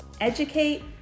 Educate